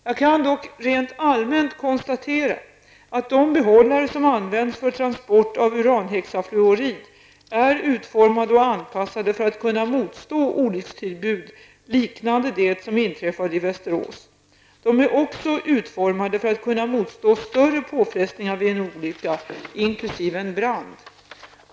Jag kan dock rent allmänt konstatera att de behållare som används för transport av uranhexafluorid är utformade och anpassade för att kunna motstå olyckstillbud liknande det som inträffade i Västerås. De är också utformade för att kunna motstå större påfrestningar vid en olycka, inkl. en brand.